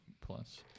plus